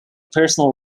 personal